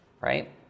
right